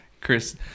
Chris